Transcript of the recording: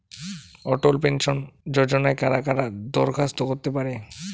অটল pension যোজনায় কারা কারা দরখাস্ত করতে পারে?